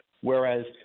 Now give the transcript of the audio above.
Whereas